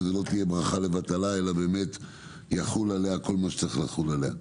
שזה לא יהיה ברכה לבטלה אלא שיחול עליה כל מה שצריך לחול עליה.